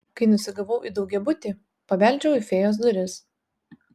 kai nusigavau į daugiabutį pabeldžiau į fėjos duris